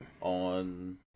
on